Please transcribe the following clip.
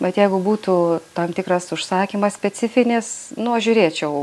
bet jeigu būtų tam tikras užsakymas specifinis nu aš žiūrėčiau